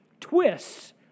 twists